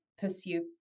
pursue